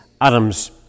Adam's